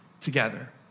together